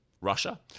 Russia